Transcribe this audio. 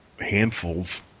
handfuls